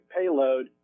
payload